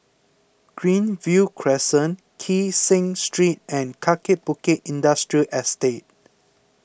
Greenview Crescent Kee Seng Street and Kaki Bukit Industrial Estate